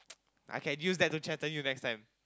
I can use that to threaten you next time